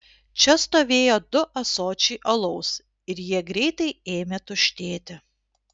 čia stovėjo du ąsočiai alaus ir jie greitai ėmė tuštėti